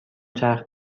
چرخ